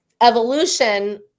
evolution